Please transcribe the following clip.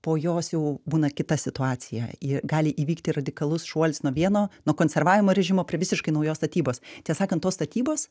po jos jau būna kita situacija gali įvykti radikalus šuolis nuo vieno nuo konservavimo režimo prie visiškai naujos statybos tiesą sakant tos statybos